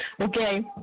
Okay